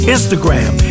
Instagram